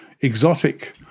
exotic